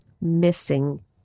missing